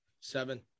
Seven